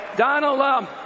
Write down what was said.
Donald